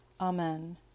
Amen